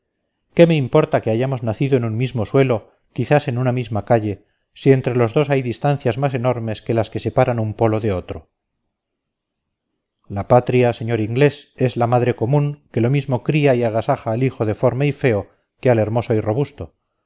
qué me importa que hayamos nacido en un mismo suelo quizás en una misma calle si entre los dos hay distancias más enormes que las que separan un polo de otro la patria señor inglés es la madre común que lo mismo cría y agasaja al hijo deforme y feo que al hermoso y robusto